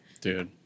Dude